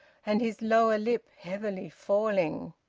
and his lower lip heavily falling.